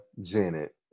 Janet